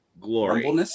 glory